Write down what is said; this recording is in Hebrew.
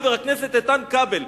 חבר הכנסת איתן כבל,